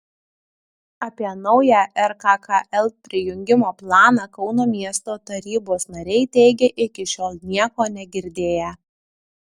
apie naują rkkl prijungimo planą kauno miesto tarybos nariai teigia iki šiol nieko negirdėję